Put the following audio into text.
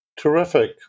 terrific